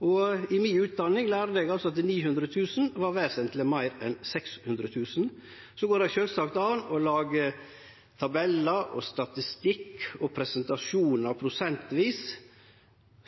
innbyggjarar. I mi utdanning lærte eg at 900 000 var vesentleg meir enn 600 000. Så går det sjølvsagt an å lage tabellar, statistikk og presentasjonar prosentvis